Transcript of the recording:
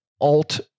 alt